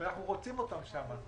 אנחנו רוצים אותם שם.